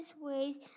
ways